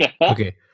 okay